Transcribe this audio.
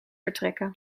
vertrekken